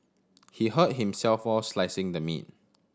he hurt himself while slicing the meat